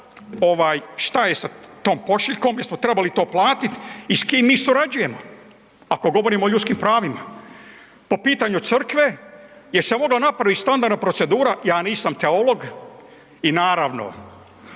šta je sa tom pošiljkom, jesmo trebali to platiti i s kim mi surađujemo, ako govorimo o ljudskim pravima. Po pitanju crkve, jel se mogla napraviti standardna procedura, ja nisam teolog i naravno